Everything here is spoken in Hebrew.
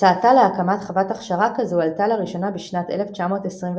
הצעתה להקמת חוות הכשרה כזו עלתה לראשונה בשנת 1927,